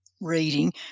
reading